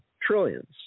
trillions